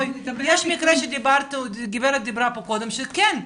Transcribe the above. יש מקרה שהגברת דיברה מקודם שכן,